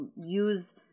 use